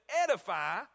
edify